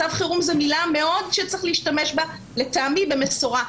מצב חירום זה מושג שצריך להשתמש בו לטעמי במשורה.